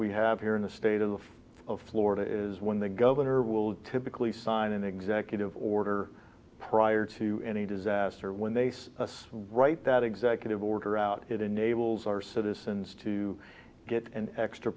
we have here in the state of florida is when the governor will typically sign an executive order prior to any disaster when they write that executive order out it enables our citizens to get an extra